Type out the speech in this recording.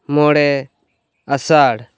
ᱢᱚᱬᱮ ᱟᱥᱟᱲ